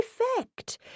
effect